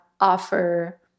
offer